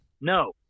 No